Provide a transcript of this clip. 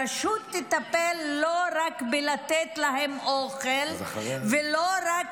הרשות תטפל לא רק בלתת להם אוכל ולא רק